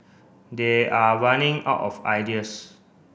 they are running out of ideas